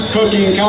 Cooking